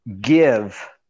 give